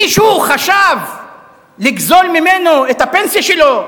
מישהו חשב לגזול ממנו את הפנסיה שלו?